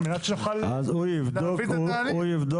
על מנת שנוכל להבין את התהליך.